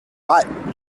but